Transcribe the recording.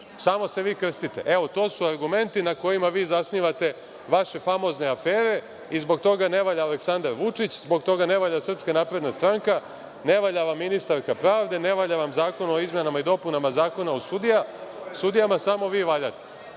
Samo se vi krstite. Evo, to su argumenti na kojima vi zasnivate vaše famozne afere i zbog toga ne valja Aleksandar Vučić, zbog toga ne valja SNS, ne valja vam ministarka pravde, ne valja vam zakon o izmenama i dopunama Zakona o sudijama, samo vi valjate,